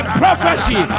prophecy